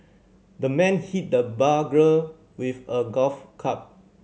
the man hit the burglar with a golf club